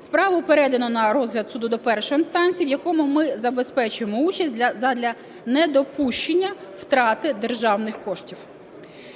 Справу передано на розгляд судом першої інстанції, в якому ми забезпечимо участь задля недопущення втрати державних коштів.